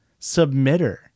submitter